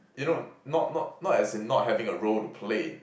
you know not not not as in not having a role to play